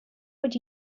would